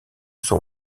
son